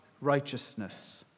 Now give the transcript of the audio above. righteousness